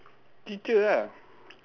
teacher ah